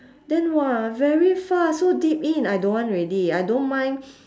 then !wah! very far so deep in I don't want already I don't mind